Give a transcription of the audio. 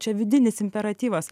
čia vidinis imperatyvas